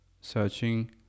searching